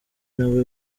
nawe